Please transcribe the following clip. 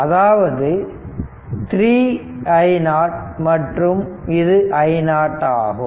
அதாவது 3i0 மற்றும் இது i0 ஆகும்